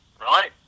right